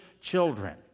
children